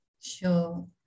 Sure